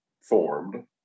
formed